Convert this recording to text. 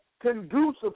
conducive